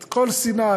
את כל סיני,